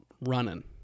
running